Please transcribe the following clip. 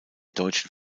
deutschen